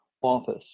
office